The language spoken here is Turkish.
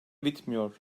bitmiyor